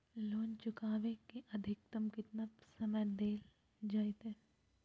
Loan चुकाबे के अधिकतम केतना समय डेल जयते?